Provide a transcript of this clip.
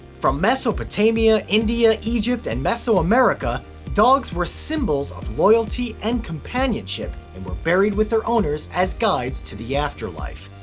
from mesopotamia, india, egypt and mesoamerica dogs were symbols of loyalty and companionship and were buried with their owners as guides to the afterlife.